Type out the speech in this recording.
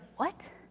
what?